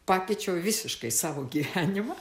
pakeičiau visiškai savo gyvenimą